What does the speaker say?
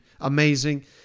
amazing